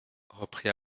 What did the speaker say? reprit